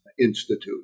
Institute